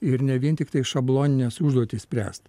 ir ne vien tiktai šablonines užduotis spręst